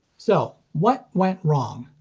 so. what went wrong?